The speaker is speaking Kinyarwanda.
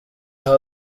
aho